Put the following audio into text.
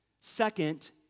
second